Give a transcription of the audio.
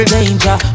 danger